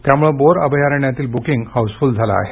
त्यामुळे बोर अभयारण्यातील booking housefull झालं आहे